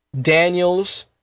Daniels